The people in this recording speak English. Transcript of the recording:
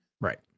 right